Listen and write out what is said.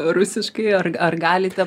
rusiškai ar galite